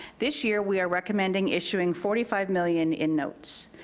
this year, we are recommending issuing forty five million in notes.